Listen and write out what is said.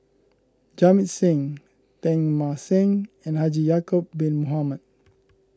Jamit Singh Teng Mah Seng and Haji Ya'Acob Bin Mohamed